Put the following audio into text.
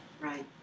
Right